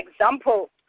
example